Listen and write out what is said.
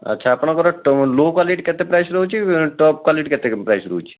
ଆଚ୍ଛା ଆପଣଙ୍କର low quality କେତେ ପ୍ରାଇସ୍ ରହୁଛି ଟପ୍ କ୍ୱାଲିଟି କେତେ ପ୍ରାଇସ୍ ରହୁଛି